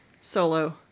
Solo